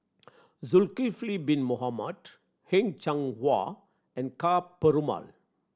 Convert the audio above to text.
Zulkifli Bin Mohamed Heng Cheng Hwa and Ka Perumal